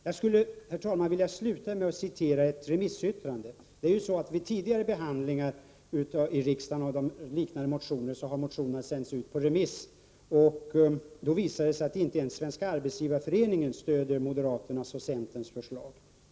Jag skulle, herr talman, vilja sluta med att citera ett remissyttrande. Vid tidigare behandling i riksdagen av liknande motioner har motionerna sänts ut på remiss. Då visade det sig att inte ens Svenska Arbetsgivareföreningen stöder moderaternas och centerns förslag.